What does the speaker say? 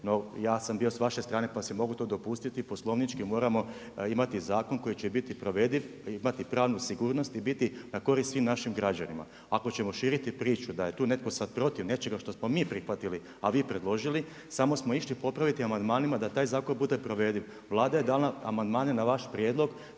No, ja sam bio s vaše strane pa si mogu to dopustiti. Poslovnički moramo imati zakon koji će biti provediv, imati pravnu sigurnost i biti na korist svim našim građanima. Ako ćemo širiti priču da je tu netko sad protiv nečega što smo mi prihvatili, a vi predložili, samo smo išli popraviti amandmanima da je taj zakon bude provediv. Vlada je dala amandmane na vaš prijedlog,